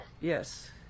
Yes